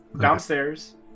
downstairs